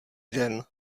den